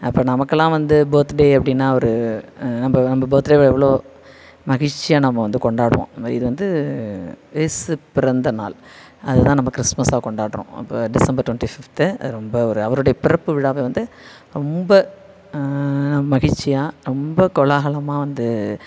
அப்போது நமக்கெல்லாம் வந்து பேர்த் டே அப்படின்னா அவரு நம்ம நம்ம பேர்த் டேவை எவ்வளோ மகிழ்ச்சியாக நம்ம வந்து கொண்டாடுவோம் இந்த மாரி இது வந்து இயேசு பிறந்தநாள் அது தான் நம்ம கிறிஸ்மஸ்ஸாக கொண்டாடுறோம் இப்போ டிசம்பர் டொண்ட்டி ஃபிஃப்த்து ரொம்ப ஒரு அவருடைய பிறப்பு விழாவை வந்து ரொம்ப மகிழ்ச்சியாக ரொம்ப கோலாகலமாக வந்து